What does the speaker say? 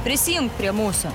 prisijunk prie mūsų